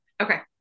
okay